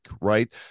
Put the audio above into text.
right